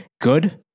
Good